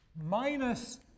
Minus